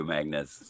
Magnus